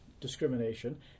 discrimination